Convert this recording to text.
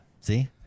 See